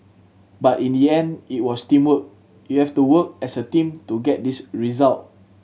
but in the end it was teamwork you have to work as a team to get this result